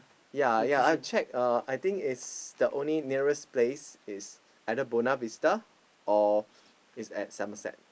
ya ya I've checked uh I think it's the only nearest place is either Buona-Vista or is at Somerset